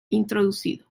introducido